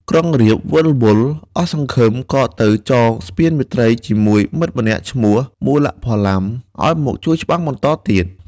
ក្រុងរាពណ៍វិលវល់ អស់សង្ឃឹមក៏ទៅចងស្ពានមេត្រីជាមួយមិត្តម្នាក់ឈ្មោះ មូលផល័ម ឱ្យមកជួយច្បាំងបន្តទៀត។